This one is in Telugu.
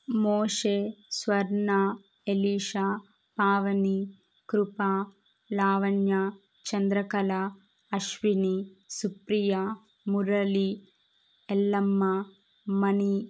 మోషే స్వర్ణ అలీష పావని కృప లావణ్య చంద్రకళ అశ్విని సుప్రియ మురళి ఎల్లమ్మ మణి